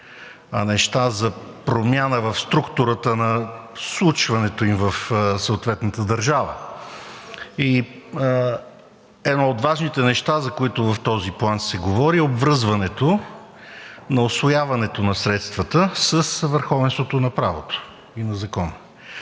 а неща за промяна в структурата на случването им в съответната държава и едно от важните неща, за които в този план се говори, е обвързването на усвояването на средствата с върховенството на правото на закона.